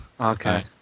Okay